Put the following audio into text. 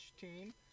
team